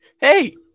hey